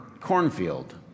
cornfield